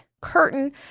curtain